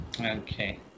Okay